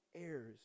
heirs